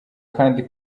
kandi